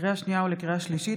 לקריאה שנייה ולקריאה שלישית,